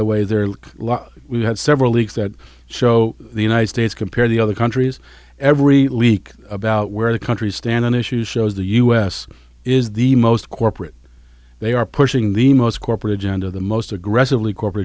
the way there look we have several leaks that show the united states compared the other countries every leak about where the country's stand on issues shows the u s is the most corporate they are pushing the most corporate agenda of the most aggressively corporate